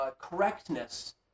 correctness